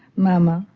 mama,